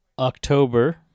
October